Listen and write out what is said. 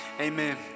amen